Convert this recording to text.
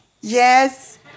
Yes